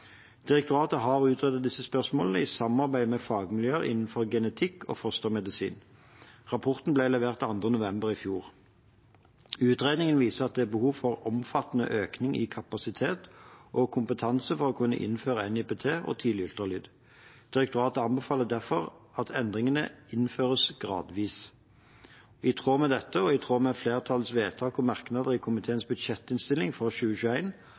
Direktoratet har utredet disse spørsmålene i samarbeid med fagmiljøer innenfor genetikk og fostermedisin. Rapporten ble levert 2. november i fjor. Utredningen viser at det er behov for omfattende økning i kapasitet og kompetanse for å kunne innføre NIPT og tidlig ultralyd. Direktoratet anbefaler derfor at endringene innføres gradvis. I tråd med dette og i tråd med flertallets vedtak og merknader i